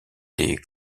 des